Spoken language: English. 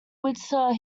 windsor